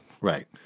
Right